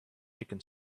chicken